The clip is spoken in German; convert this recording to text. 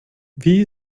wie